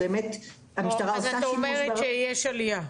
אז את אומרת שיש עלייה.